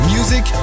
Music